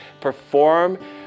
Perform